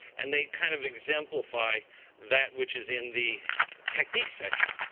and they kind of exemplify that which is in the technique section.